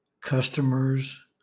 customers